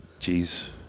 Jeez